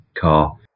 car